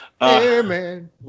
Amen